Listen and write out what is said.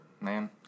Man